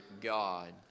God